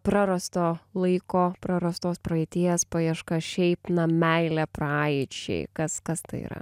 prarasto laiko prarastos praeities paieška šiaip na meilė praeičiai kas kas tai yra